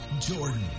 Jordan